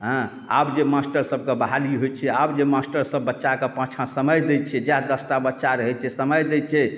एँ आब जे मास्टर सभकेँ बहाली होइत छै आब जे मास्टर सभ बच्चाके पाछाँ समय दे छै जहए दश टा बच्चा रहैत छै समय दै छै